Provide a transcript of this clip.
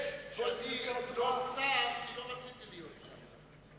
שאני לא שר כי לא רציתי להיות שר,